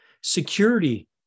security